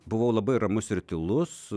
buvau labai ramus ir tylus